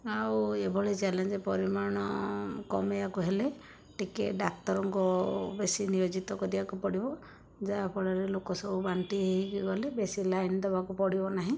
ଆଉ ଏଭଳି ଚ୍ୟାଲେଞ୍ଜ ପରିମାଣ କମାଇବାକୁ ହେଲେ ଟିକିଏ ଡାକ୍ତରଙ୍କ ବେଶୀ ନିୟୋଜିତ କରିବାକୁ ପଡ଼ିବ ଯାହାଫଳରେ ଲୋକ ସବୁ ବାଣ୍ଟି ହୋଇକି ଗଲେ ବେଶୀ ଲାଇନ ଦେବାକୁ ପଡ଼ିବ ନାହିଁ